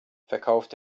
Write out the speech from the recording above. verkauft